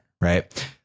right